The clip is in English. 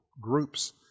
groups